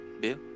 Bill